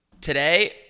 Today